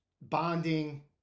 bonding